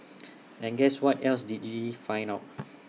and guess what else did we find out